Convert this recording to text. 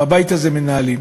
בבית הזה מנהלים,